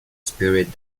spirit